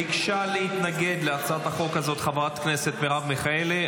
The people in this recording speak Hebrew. ביקשה להתנגד להצעת החוק הזאת חברת הכנסת מרב מיכאלי.